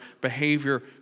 behavior